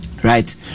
Right